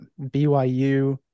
BYU